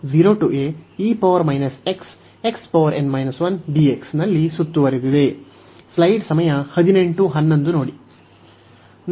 ನಲ್ಲಿ ಸುತ್ತುವರೆದಿದೆ